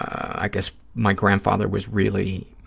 i guess, my grandfather was really,